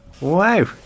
Wow